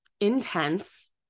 intense